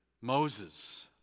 Moses